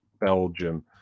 Belgium